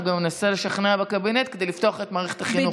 הוא גם ינסה לשכנע בקבינט לפתוח את מערכת החינוך.